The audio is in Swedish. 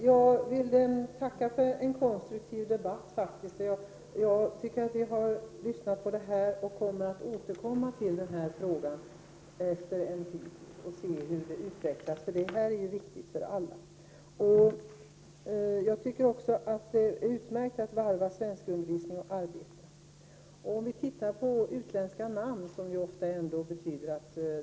Herr talman! Jag tackar för en konstruktiv debatt. Jag har lyssnat på vad som har sagts, och jag skall sedan jag sett hur det hela utvecklats återkomma till frågan, som är viktig för alla. Jag tycker också att det är utmärkt att varva svenskundervisning och arbete.